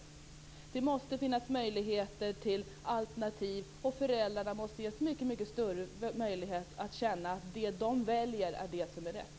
Det måste finnas möjligheter till alternativ, och föräldrarna måste ges mycket större möjlighet att känna att det som de väljer är det som är rätt.